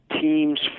teams